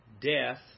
Death